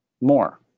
more